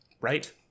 Right